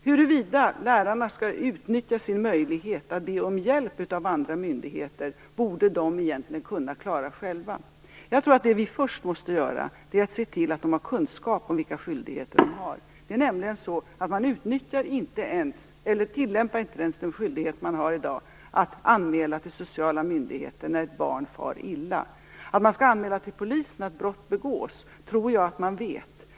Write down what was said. Huruvida lärarna skall utnyttja sin möjlighet att be om hjälp av andra myndigheter är en fråga de egentligen borde kunna klara själva. Jag tror att det vi först måste göra är att se till att de har kunskap om vilka skyldigheter de har. Man tillämpar nämligen inte ens den skyldighet man har i dag att anmäla till sociala myndigheter när ett barn far illa. Att man skall anmäla till polisen att brott begås tror jag att man vet.